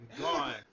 Gone